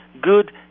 good